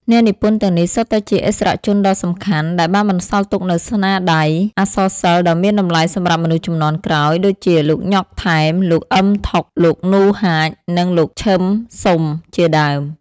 អ្នកនិពន្ធទាំងនេះសុទ្ធតែជាឥស្សរជនដ៏សំខាន់ដែលបានបន្សល់ទុកនូវស្នាដៃអក្សរសិល្ប៍ដ៏មានតម្លៃសម្រាប់មនុស្សជំនាន់ក្រោយ ដូចជា លោកញ៉ុក ថែម លោកអ៊ឹម ថុក លោកនូ ហាច និងលោកឈឹម ស៊ុម ជាដើម ។